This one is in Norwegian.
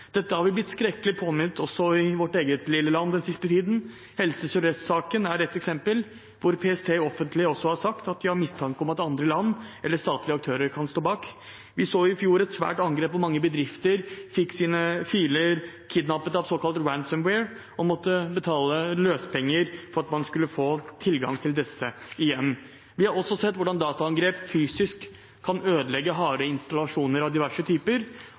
Dette har vi blitt skrekkelig påmint også i vårt eget lille land den siste tiden. Helse Sør-Øst-saken er ett eksempel, der PST offentlig har sagt at de har mistanke om at andre land eller statlige aktører kan stå bak. Vi så i fjor et svært angrep på mange bedrifter, som fikk sine filer kidnappet av såkalt ransomware og måtte betale løsepenger for å få tilgang til dem igjen. Vi har også sett hvordan dataangrep fysisk kan ødelegge harde installasjoner av diverse typer.